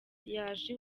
yaje